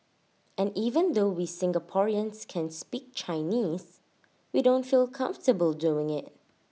and even though we Singaporeans can speak Chinese we don't feel comfortable doing IT